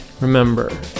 Remember